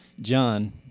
John